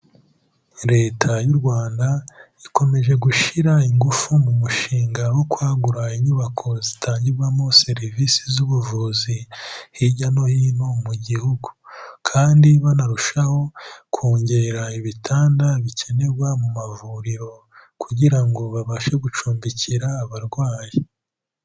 Leta y'u Rwanda ikomeje gushyira ingufu mu mushinga wo kwagura inyubako zitangirwamo serivisi z'ubuvuzi hirya no hino mu gihugu, kandi banarushaho kongera ibitanda bikenerwa mu mavuriro kugira ngo babashe gucumbikira abarwayi.